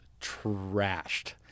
trashed